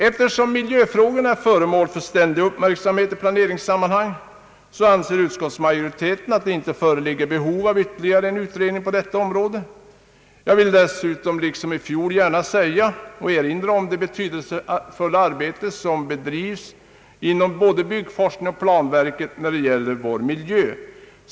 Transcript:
Eftersom miljöfrågorna är föremål för ständig uppmärksamhet i planeringssammanhang anser utskottsmajoriteten att det inte föreligger behov av ytterligare en utredning på detta område. Jag vill dessutom liksom i fjolårets debatt erinra om det betydelsefulla arbete som bedrivs inom både byggforskning och planverket när det gäller vår miljö.